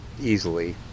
easily